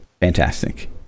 Fantastic